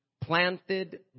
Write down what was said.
planted